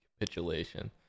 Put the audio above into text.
Capitulation